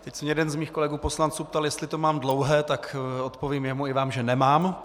Teď se jeden z mých kolegů poslanců ptal, jestli to mám dlouhé tak odpovím jemu i vám, že nemám.